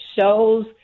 shows